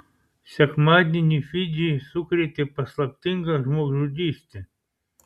sekmadienį fidžį sukrėtė paslaptinga žmogžudystė